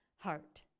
Heart